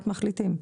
מחליטים.